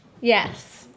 Yes